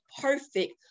perfect